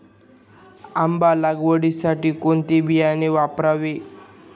आंबा लागवडीसाठी कोणते बियाणे वापरावे?